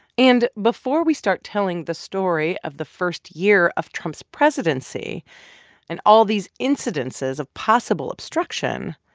and before we start telling the story of the first year of trump's presidency and all these incidences of possible obstruction,